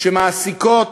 שמעסיקות